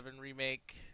Remake